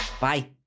Bye